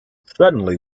suddenly